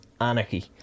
anarchy